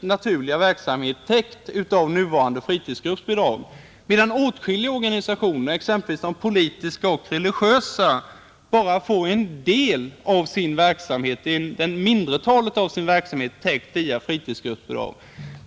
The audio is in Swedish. naturliga verksamhet täckt av nuvarande fritidsgruppsbidrag, medan åtskilliga organisationer, exempelvis de politiska och religiösa, bara får en mindre del av sin verksamhet bidragsberättigad via fritidsgruppsbidraget.